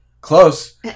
Close